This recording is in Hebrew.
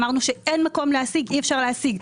אמרנו שאין מקום להשיג, אי-אפשר להשיג.